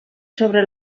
sobre